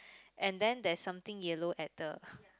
and then there's something yellow at the